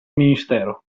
ministero